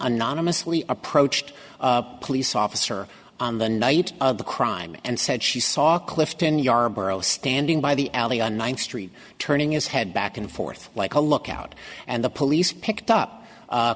anonymously approached a police officer on the night of the crime and said she saw clifton yarborough standing by the alley on ninth street turning his head back and forth like a lookout and the police picked up